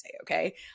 okay